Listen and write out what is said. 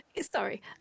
sorry